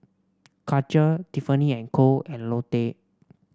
Karcher Tiffany And Co and Lotte